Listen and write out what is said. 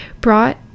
brought